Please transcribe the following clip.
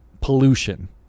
Pollution